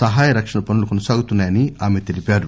సహాయ రక్షణ పనులు కొనసాగుతున్నా యని ఆమె తెలిపారు